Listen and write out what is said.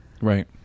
right